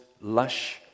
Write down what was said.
lush